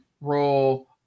role